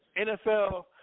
NFL